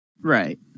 Right